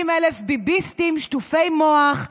50,000 ביביסטים שטופי מוח,